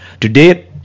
today